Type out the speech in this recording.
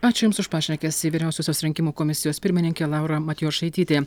ačiū jums už pašnekesį vyriausiosios rinkimų komisijos pirmininkė laura matjošaitytė